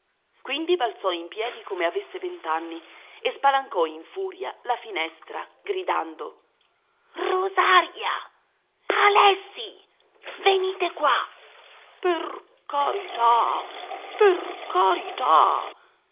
quindi balzò in piedi come avesse vent'anni e spalancò in furia la finestra gridando rosaria alessi venite qua per carità